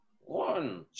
one